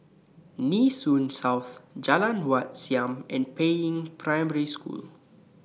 Nee Soon South Jalan Wat Siam and Peiying Primary School